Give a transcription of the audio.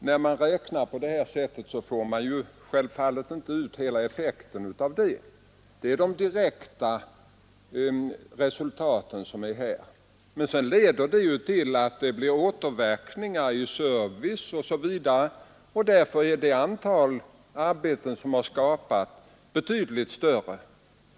När man räknar på detta sätt får man självfallet inte ut hela effekten av de gjorda investeringarna. Det är bara de direkta resultaten. Dessa leder sedan till återverkningar i service osv., och därför är det antal arbeten som har skapats betydligt större.